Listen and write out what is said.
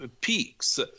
peaks